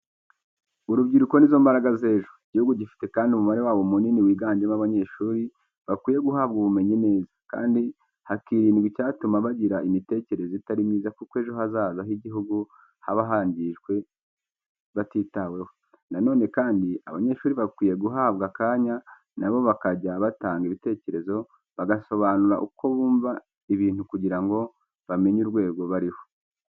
Urubyiruko ni zo mbaraga z'ejo. Igihugu gifite kandi umubare wabo munini wiganjemo abanyeshuri, bakwiye guhabwa ubumenyi neza, kandi hakirindwa icyatuma bagira imitekerereze itari myiza kuko ejo hazaza h'igihugu haba hangijwe batitaweho. Na none kandi abanyeshuri bakwiye guhabwa akanya na bo bakajya batanga ibitekerezo bagasobanura uko bumva ibintu kugira ngo bamenye urwego bariho.